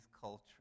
culture